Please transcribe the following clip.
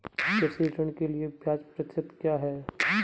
कृषि ऋण के लिए ब्याज प्रतिशत क्या है?